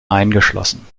eingeschlossen